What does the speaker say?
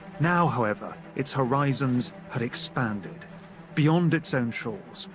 now, however, its horizons had expanded beyond its own shores,